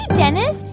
dennis.